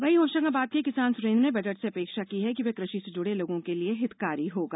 वहीं होशंगाबाद के ही किसान सुरेन्द्र ने बजट से अपेक्षा की है कि वह कृषि से जुड़े लोगों के लिए हितकारी होगा